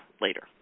later